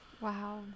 Wow